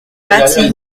bâtie